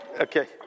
Okay